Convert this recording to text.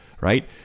right